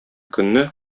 көнне